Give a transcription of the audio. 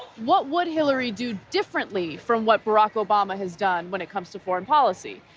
what would hillary do differently from what barack obama has done when it comes to foreign policy?